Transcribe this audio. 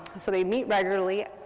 so they meet regularly.